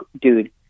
dude